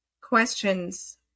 questions